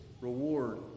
reward